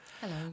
Hello